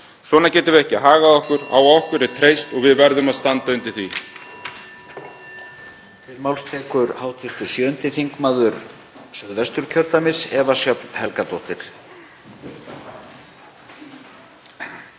Svona getum við ekki hagað okkur. Á okkur er treyst og við verðum að standa undir því.